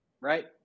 right